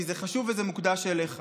כי זה חשוב וזה מוקדש לך.